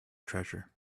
treasure